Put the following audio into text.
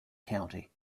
county